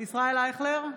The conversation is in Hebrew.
ישראל אייכלר,